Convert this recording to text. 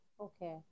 okay